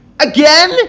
Again